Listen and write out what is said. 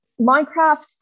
Minecraft